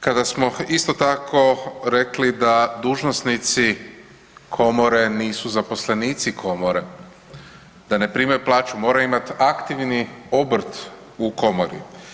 Kada smo isto tako rekli da dužnosnici komore nisu zaposlenici komore, da ne primaju plaću, moraju imati aktivni obrt u komori.